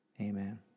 Amen